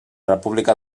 república